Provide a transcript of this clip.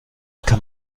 kann